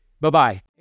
Bye-bye